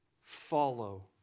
follow